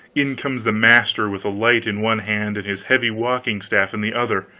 in comes the master, with a light in one hand and his heavy walking-staff in the other.